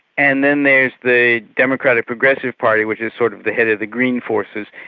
and then there is the democratic progressive party which is sort of the head of the green forces,